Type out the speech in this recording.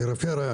הפריפריה,